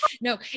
No